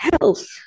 health